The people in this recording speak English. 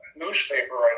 newspaper